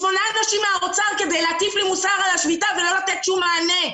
שמונה אנשים מהאוצר כדי להטיף לי מוסר על השביתה ולא לתת שום מענה.